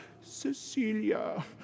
Cecilia